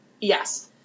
Yes